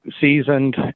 seasoned